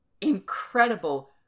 incredible